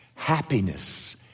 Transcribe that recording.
Happiness